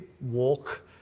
walk